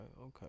Okay